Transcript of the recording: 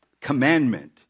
commandment